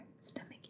stomach